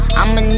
I'ma